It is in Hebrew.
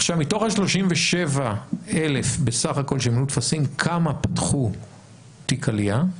מתוך ה-37,000 בסך הכול שמילאו טפסים כמה פתחו תיק עלייה?